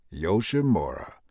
Yoshimura